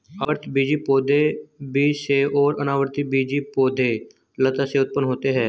आवृतबीजी पौधे बीज से और अनावृतबीजी पौधे लता से उत्पन्न होते है